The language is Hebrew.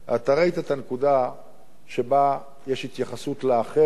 אתה ראית את הנקודה שבה יש התייחסות לאחר,